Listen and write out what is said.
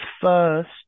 first